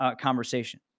conversation